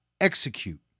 execute